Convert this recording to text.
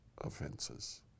offenses